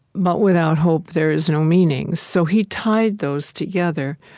but without hope there is no meaning. so he tied those together.